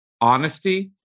honesty